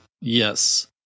yes